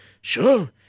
Sure